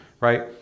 right